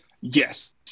Yes